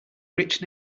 rich